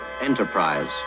Enterprise